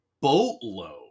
boatload